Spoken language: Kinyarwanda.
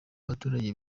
abaturage